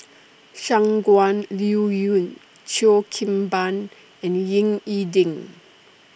Shangguan Liuyun Cheo Kim Ban and Ying E Ding